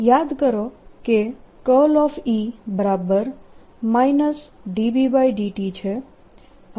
યાદ કરો કે E B∂t છે